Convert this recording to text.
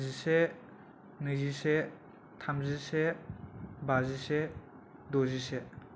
जिसे नैजिसे थामजिसे बाजिसे दजिसे